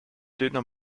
döner